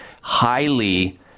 highly